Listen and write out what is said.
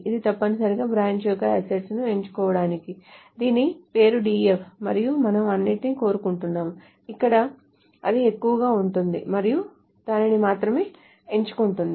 ఇది తప్పనిసరిగా బ్రాంచ్ యొక్కఅసెట్స్ ను ఎంచుకోవడానికి దీని పేరు DEF మరియు మనము అన్నింటినీ కోరుకుంటున్నాము అక్కడ అది ఎక్కువగా ఉంటుంది మరియు దానిని మాత్రమే ఎంచుకుంటుంది